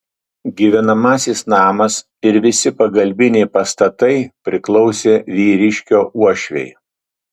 gyvenamasis namas ir visi pagalbiniai pastatai priklausė vyriškio uošvei